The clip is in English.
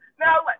Now